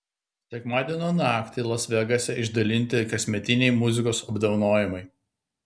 sekmadienio naktį las vegase išdalinti kasmetiniai muzikos apdovanojimai